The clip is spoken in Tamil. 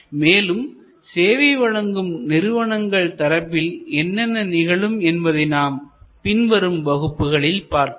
மேலும் சேவை வழங்கும் நிறுவனங்கள் தரப்பில் என்னென்ன நிகழும் என்பதை நாம் பின் வரும் வகுப்புகளில் பார்க்கலாம்